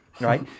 Right